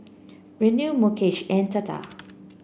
Renu Mukesh and Tata